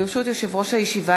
ברשות יושב-ראש הישיבה,